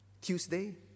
Tuesday